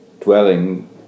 dwelling